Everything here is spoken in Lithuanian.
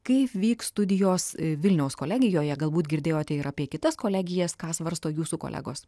kaip vyks studijos vilniaus kolegijoje galbūt girdėjote ir apie kitas kolegijas ką svarsto jūsų kolegos